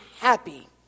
happy